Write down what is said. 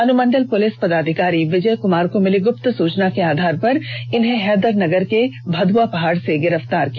अनुमंडल पुलिस पदाधिकारी विजय कुमार को मिली गुप्त सुचना के आधार पर इन्हें हैदर नगर के भदुआ पहाड़ से गिरफ्तार किया गया है